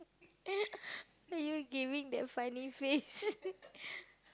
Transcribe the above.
why you giving that funny face